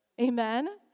Amen